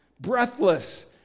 breathless